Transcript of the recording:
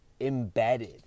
embedded